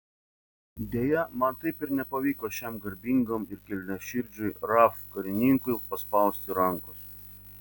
deja man taip ir nepavyko šiam garbingam ir kilniaširdžiui raf karininkui paspausti rankos